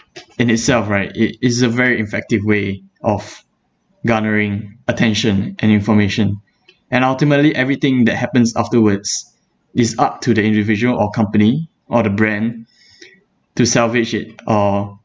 in itself right it is a very effective way of garnering attention and information and ultimately everything that happens afterwards is up to the individual or company or the brand to salvage it or